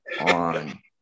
on